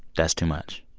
that's too much?